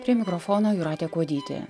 prie mikrofono jūratė kuodytė